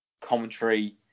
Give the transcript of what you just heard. commentary